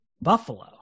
Buffalo